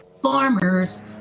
farmers